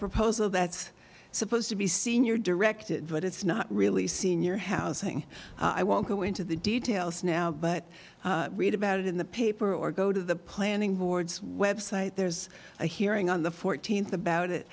proposal that's supposed to be senior directed but it's not really senior housing i won't go into the details now but read about it in the paper or go to the planning boards website there's a hearing on the th about it